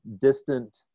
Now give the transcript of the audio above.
distant